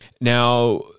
Now